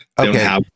Okay